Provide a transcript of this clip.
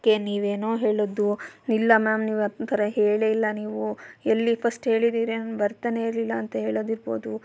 ಕ್ಕೆ ನೀವೇನೋ ಹೇಳೊದು ಇಲ್ಲ ಮ್ಯಾಮ್ ನೀವು ಆ ಥರ ಹೇಳಿಯೇ ಇಲ್ಲ ನೀವು ಎಲ್ಲಿ ಫಸ್ಟ್ ಹೇಳಿದ್ದೀರಿ ಅಂತ ಬರ್ತಾನೆ ಇರಲಿಲ್ಲ ಅಂತ ಹೇಳೋದಿರ್ಬೋದು